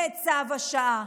זה צו השעה.